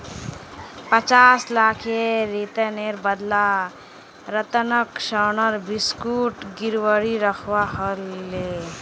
पचास लाखेर ऋनेर बदला रतनक सोनार बिस्कुट गिरवी रखवा ह ले